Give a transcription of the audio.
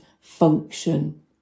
function